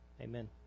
Amen